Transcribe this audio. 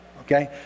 okay